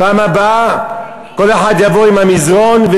בפעם הבאה כל אחד יבוא עם המזרן,